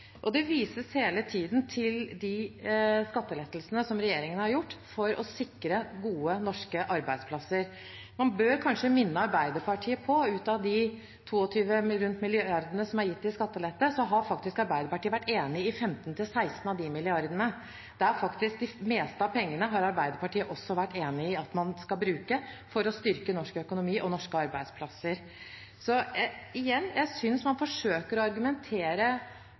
maten. Det vises hele tiden til skattelettelsene regjeringen har gitt for å sikre gode norske arbeidsplasser. Man bør kanskje minne Arbeiderpartiet på at av de rundt 22 mrd. kr som er gitt i skattelette, har faktisk Arbeiderpartiet vært enig i 15–16 av de milliardene. Det meste av de pengene har faktisk Arbeiderpartiet også vært enig i at man skal bruke for å styrke norsk økonomi og norske arbeidsplasser. Igjen: Jeg synes man forsøker å argumentere